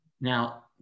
Now